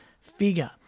figure